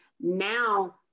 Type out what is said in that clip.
Now